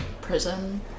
prison